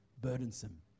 burdensome